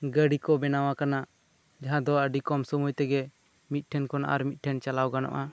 ᱜᱟᱹᱰᱤ ᱠᱚ ᱵᱮᱱᱟᱣ ᱟᱠᱟᱱᱟ ᱟᱫᱚ ᱡᱟᱦᱟᱸ ᱫᱚ ᱟᱹᱰᱤ ᱠᱚᱢ ᱥᱚᱢᱚᱭ ᱛᱮᱜᱮ ᱢᱤᱫ ᱴᱷᱮᱱ ᱠᱷᱚᱱ ᱟᱨ ᱢᱤᱫ ᱴᱷᱮᱱ ᱪᱟᱞᱟᱣ ᱜᱟᱱᱚᱜᱼᱟ